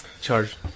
Charge